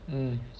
mm